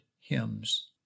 hymns